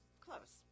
close